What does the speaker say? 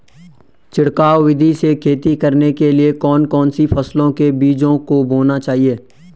छिड़काव विधि से खेती करने के लिए कौन कौन सी फसलों के बीजों को बोना चाहिए?